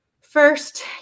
first